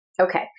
Okay